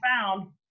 found